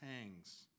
hangs